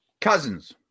Cousins